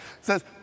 Says